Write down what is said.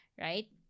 right